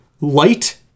Light